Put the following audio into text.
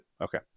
okay